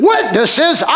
Witnesses